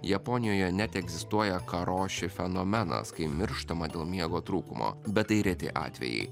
japonijoje net egzistuoja karoši fenomenas kai mirštama dėl miego trūkumo bet tai reti atvejai